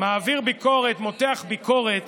מעביר ביקורת, מותח ביקורת